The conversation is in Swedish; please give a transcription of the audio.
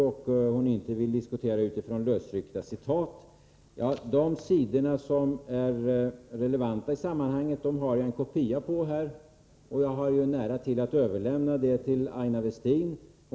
Hon säger sig inte vilja diskutera på basis av lösryckta citat. De sidor som är relevanta i sammanhanget har jag en kopia av här, som jag kan överlämna till Aina Westin.